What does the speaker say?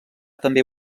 també